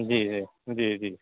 جی جی جی جی